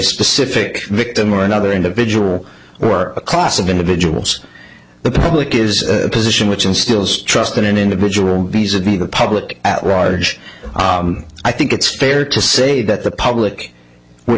specific victim or another individual or a class of individuals the public is a position which instills trust in an individual piece of the the public at large i think it's fair to say that the public would